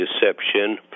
deception